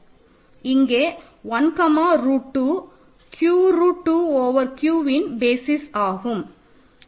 இங்கே 1 comma root 2 Q root 2 over Qன் basis ஆகும்